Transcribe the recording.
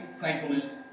thankfulness